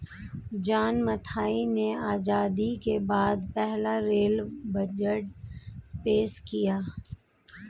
John Mathai ने आजादी के बाद पहला रेल बजट पेश किया